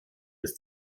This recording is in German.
ist